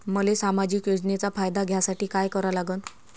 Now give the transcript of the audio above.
मले सामाजिक योजनेचा फायदा घ्यासाठी काय करा लागन?